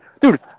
Dude